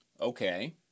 Okay